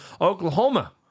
Oklahoma